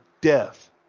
death